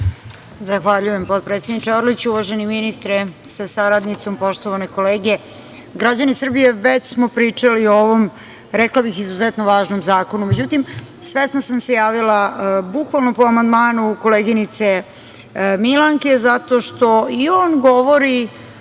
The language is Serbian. Zahvaljujem, potpredsedniče Orliću. Uvaženi ministre sa saradnicom, poštovane kolege, građani Srbije, već smo pričali o ovom, rekla bih, izuzetno važnom zakonu.Međutim, svesno sam se javila bukvalno po amandmanu koleginice Milanke, zato što i on govori